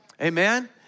Amen